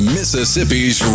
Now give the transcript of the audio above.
Mississippi's